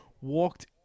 walked